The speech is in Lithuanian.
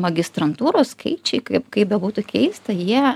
magistrantūrų skaičiai kaip bebūtų keista jie